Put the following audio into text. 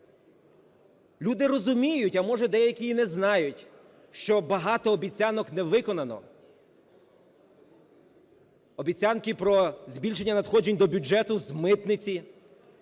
Люди розуміють, а, може, деякі і не знають, що багато обіцянок не виконано: обіцянки про збільшення надходжень до бюджету з митниці,